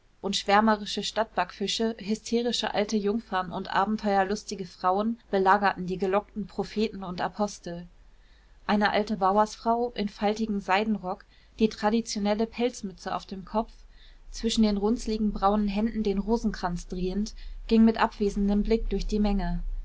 und schwärmerische stadtbackfische hysterische alte jungfern und abenteuerlustige frauen belagerten die gelockten propheten und apostel eine alte bauersfrau in faltigem seidenrock die traditionelle pelzmütze auf dem kopf zwischen den runzligen braunen händen den rosenkranz drehend ging mit abwesendem blick durch die menge